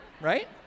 right